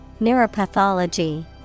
Neuropathology